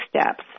steps